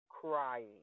crying